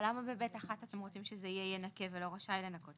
אבל למה ב-(ב)(1) אתם רוצים שזה יהיה "ינכה" ולא "רשאי לנכות"?